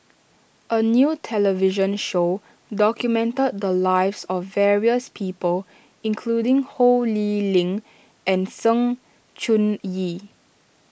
a new television show documented the lives of various people including Ho Lee Ling and Sng Choon Yee